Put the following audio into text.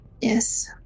Yes